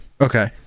Okay